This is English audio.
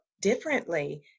differently